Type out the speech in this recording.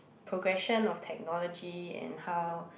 progression of technology and how